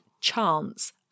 chance